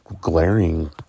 glaring